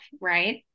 right